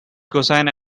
cosine